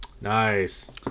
Nice